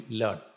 learn